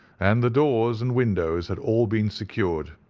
and the doors and windows had all been secured.